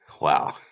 Wow